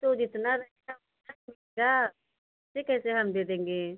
तो जितना रहेगा कैसे हम दे देंगे